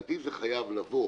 לדעתי זה חייב לבוא